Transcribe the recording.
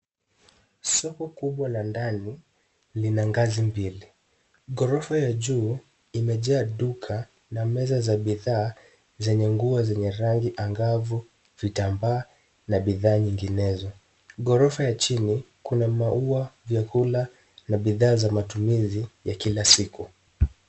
Soko kubwa la ndani lina ngazi mbili, ghorofa ya juu imejaa duka na meza za bidhaa zenye nguo zenye rangi angavu, vitambaa na bidhaa zinginezo, ghorofa ya chini kuna mauwa, vyakula na bidhaa za matumizi ya kila siku.